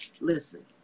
listen